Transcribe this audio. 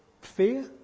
fear